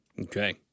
Okay